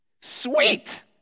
sweet